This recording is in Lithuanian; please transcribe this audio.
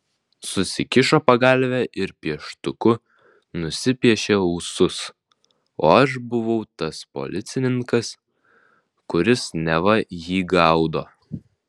susikišo pagalvę ir pieštuku nusipiešė ūsus o aš buvau tas policininkas kuris neva jį gaudo